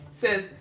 Says